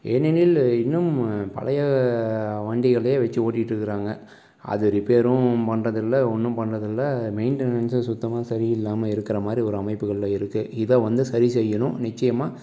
ஏனெனில் இன்னும் பழைய வண்டிகளே வச்சு ஓட்டிகிட்டு இருக்கிறாங்க அது ரிப்பேரும் பண்ணுறது இல்லை ஒன்றும் பண்ணுறது இல்லை மெயின்டனன்ஸ் சுத்தமாக சரி இல்லாமல் இருக்கிற மாதிரி ஒரு அமைப்புகளில் இருக்குது இதை வந்து சரி செய்யணும் நிச்சயமா